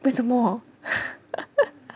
为什么